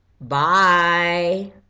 Bye